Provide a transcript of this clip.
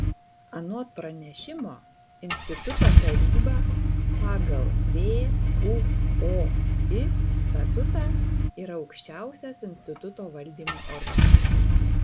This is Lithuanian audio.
anot pranešimo instituto taryba pagal vuoi statutą yra aukščiausias instituto valdymo organas